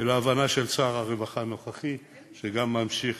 ולהבנה של שר הרווחה הנוכחי, שגם ממשיך